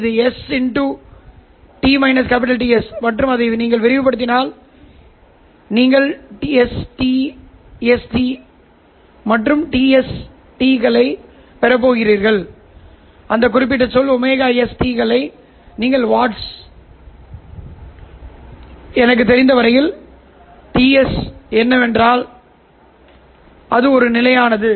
எனவே இது s மற்றும் நீங்கள் அதை விரிவுபடுத்தினால் நீங்கள் stst மற்றும் TsT களைப் பெறப் போகிறீர்கள் அந்த குறிப்பிட்ட சொல் ωsT களை நீங்கள் whats என்னவென்று உங்களுக்குத் தெரிந்தவரை Ts என்றால் என்னவென்று உங்களுக்குத் தெரிந்தால் அது ஒரு நிலையானது